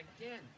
again